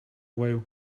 while